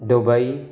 Dubai